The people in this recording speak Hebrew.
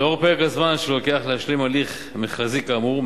לאור פרק הזמן שלוקח להשלים הליך מכרזי כאמור,